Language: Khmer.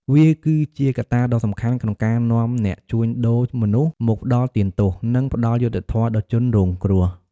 វាគឺជាកត្តាដ៏សំខាន់ក្នុងការនាំអ្នកជួញដូរមនុស្សមកផ្តន្ទាទោស និងផ្តល់យុត្តិធម៌ដល់ជនរងគ្រោះ។